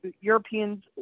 Europeans